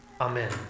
Amen